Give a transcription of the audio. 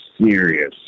serious